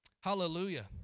Hallelujah